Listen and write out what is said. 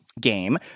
game